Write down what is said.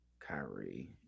Kyrie